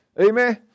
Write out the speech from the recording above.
Amen